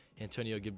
antonio